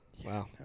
Wow